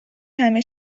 همه